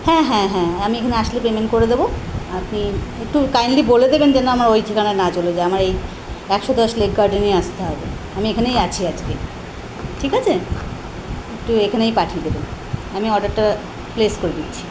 হ্যাঁ হ্যাঁ হ্যাঁ আমি এখানে আসলে পেমেন্ট করে দেবো আপনি একটু কাইন্ডলি বলে দেবেন যেন আমার ওই ঠিকানায় না চলে যায় আমার এই একশো দশ লেক গার্ডেনে আসতে হবে আমি এখানেই আছি আজকে ঠিক আছে তো এখানেই পাঠিয়ে দেবেন আমি অর্ডারটা প্লেস করে দিচ্ছি